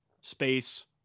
space